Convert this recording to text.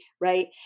right